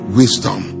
wisdom